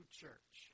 church